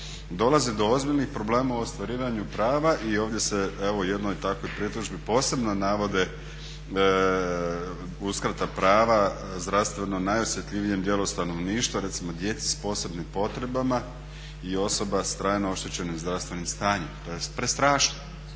dolazi do ozbiljnih problema u ostvarivanju prava i ovdje se evo jednoj takvoj pritužbi posebno navode uskrata prava zdravstveno najosjetljivijem dijelu stanovništva. Recimo djeci s posebnim potrebama i osoba s trajno oštećenim zdravstvenim stanjem. To je prestrašno.